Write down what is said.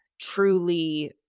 truly